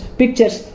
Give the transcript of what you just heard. pictures